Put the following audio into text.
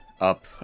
up